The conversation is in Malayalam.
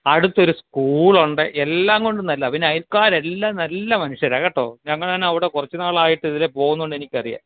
അടുത്തൊരു സ്കൂളുണ്ട് എല്ലാം കൊണ്ടും നല്ലതാണ് പിന്നെ അയൽക്കാർ എല്ലാം നല്ല മനുഷ്യരാണ് കേട്ടോ ഞങ്ങൾ തന്നെ കുറച്ച് നാളായിട്ട് ഇതിലെ പോകുന്നതു കൊണ്ട് എനിക്കറിയാം